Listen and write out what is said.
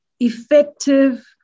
Effective